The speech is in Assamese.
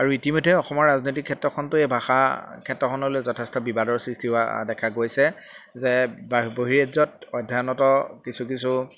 আৰু ইতিমধ্যে অসমৰ ৰাজনৈতিক ক্ষেত্ৰখনতো এই ভাষা ক্ষেত্ৰখনলৈ যথেষ্ট বিবাদৰ সৃষ্টি হোৱা দেখা গৈছে যে ব বহিৰাজ্যত অধ্যায়নৰত কিছু কিছু